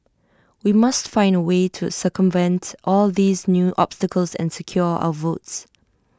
we must find A way to circumvent all these new obstacles and secure our votes